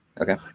Okay